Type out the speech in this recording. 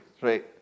Right